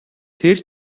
тэр